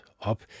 up